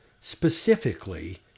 specifically